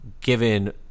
given